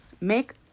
make